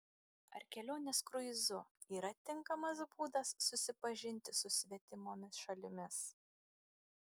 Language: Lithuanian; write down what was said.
ar kelionės kruizu yra tinkamas būdas susipažinti su svetimomis šalimis